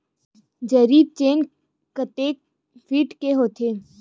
जरीब चेन कतेक फीट के होथे?